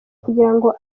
kugirango